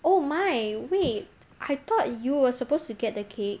oh my wait I thought you were supposed to get the cake